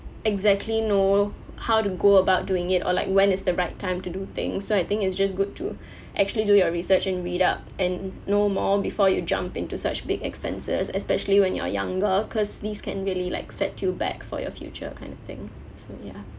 exactly know how to go about doing it or like when is the right time to do things so I think it's just good to actually do your research and read up and know more before you jump into such big expenses especially when you are younger because these can really like set you back for your future kind of thing so ya